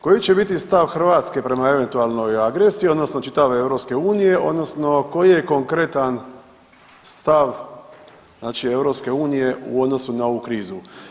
Koji će biti stav Hrvatske prema eventualnoj agresiji, odnosno čitave EU odnosno koji je konkretan stav znači EU u odnosu na ovu krizu?